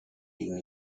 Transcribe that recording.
liegen